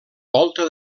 volta